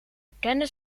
bekende